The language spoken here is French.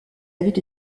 avait